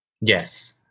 Yes